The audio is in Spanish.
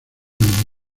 nos